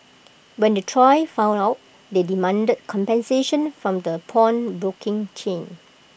when the trio found out they demanded compensation from the pawnbroking chain